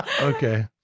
okay